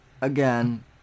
again